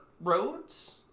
roads